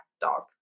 dog